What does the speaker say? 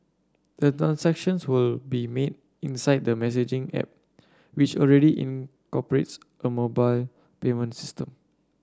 the transactions will be made inside the messaging app which already incorporates a mobile payment system